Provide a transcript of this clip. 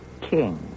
king